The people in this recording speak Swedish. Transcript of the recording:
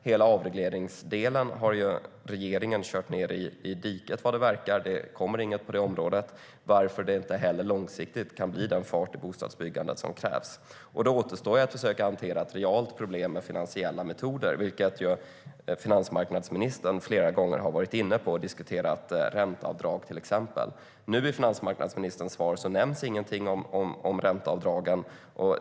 Hela avregleringsdelen har ju regeringen, som det verkar, kört ned i diket. Det kommer inget på det området, varför det inte heller långsiktigt kan bli den fart på det bostadsbyggande som krävs. Då återstår det att försöka att hantera ett realt problem med finansiella metoder, vilket ju finansmarknadsministern flera gånger har varit inne på. Till exempel har ränteavdrag diskuterats. I finansmarknadsministerns svar nämns ingenting om ränteavdragen.